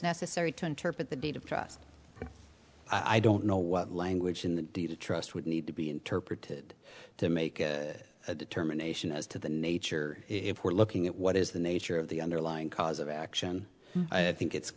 necessary to interpret the date of trust i don't know what language in the deed of trust would need to be interpreted to make a determination as to the nature if we're looking at what is the nature of the underlying cause of action i think it's